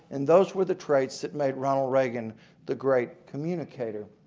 and those were the trades that made ronald reagan the great communicator.